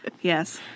Yes